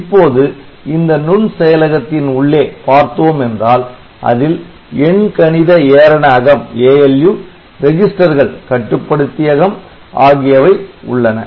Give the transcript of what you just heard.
இப்போது இந்த நுண்செயலகத்தின் உள்ளே பார்த்தோம் என்றால் அதில் எண்கணித ஏரண அகம் ரெஜிஸ்டர்கள் கட்டுப்படுத்தியகம் ஆகியவை உள்ளன